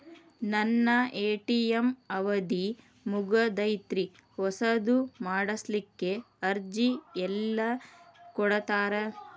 ನನ್ನ ಎ.ಟಿ.ಎಂ ಅವಧಿ ಮುಗದೈತ್ರಿ ಹೊಸದು ಮಾಡಸಲಿಕ್ಕೆ ಅರ್ಜಿ ಎಲ್ಲ ಕೊಡತಾರ?